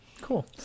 cool